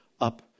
up